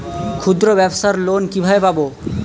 ক্ষুদ্রব্যাবসার লোন কিভাবে পাব?